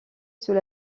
sous